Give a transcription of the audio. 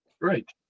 Right